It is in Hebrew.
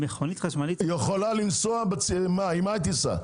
עם מה היא תיסע?